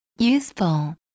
Useful